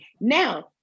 now